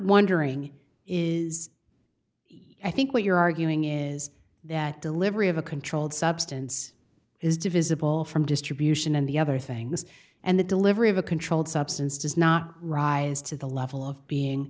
wondering is i think what you're arguing is that delivery of a controlled substance is divisible from distribution and the other things and the delivery of a controlled substance does not rise to the level of being